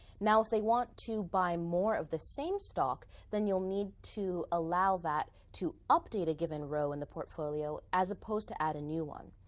now they want to buy more of the same stock, then you'll need to allow that to update a given row in the portfolio, as opposed to add a new one.